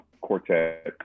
quartet